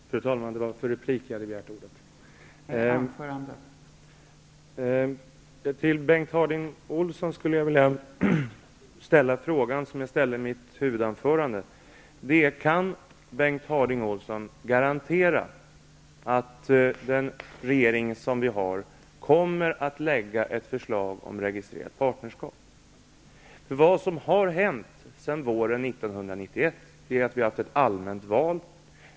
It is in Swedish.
Fru talman! Till Bengt Harding Olson skulle jag vilja ställa den fråga som jag ställde i mitt huvudanförande. Kan Bengt Harding Olson garantera att den regering som vi har kommer att lägga fram ett förslag om registrerat partnerskap? Vad som har hänt sedan våren 1991 är att vi har haft ett allmänt val.